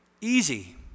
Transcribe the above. Easy